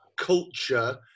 culture